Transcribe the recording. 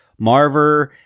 Marver